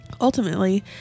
Ultimately